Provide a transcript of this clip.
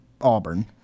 Auburn